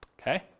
okay